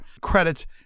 credits